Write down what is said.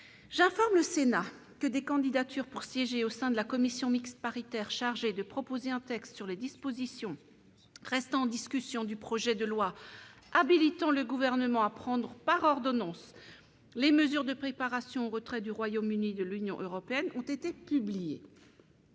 J'informe le Sénat que des candidatures pour siéger au sein de la commission mixte paritaire chargée de proposer un texte sur les dispositions restant en discussion du projet de loi habilitant le gouvernement à prendre par ordonnances, les mesures de préparation au retrait du Royaume-Uni, de l'Union européenne ont été, qui